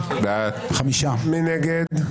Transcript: מי נגד?